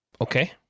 Okay